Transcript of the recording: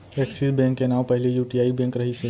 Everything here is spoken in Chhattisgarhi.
एक्सिस बेंक के नांव पहिली यूटीआई बेंक रहिस हे